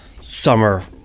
summer